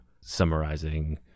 summarizing